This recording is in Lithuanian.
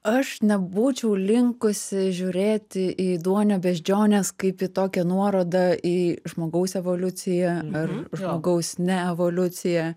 aš nebūčiau linkusi žiūrėti į duonio beždžiones kaip į tokią nuorodą į žmogaus evoliuciją ar žmogaus ne evoliuciją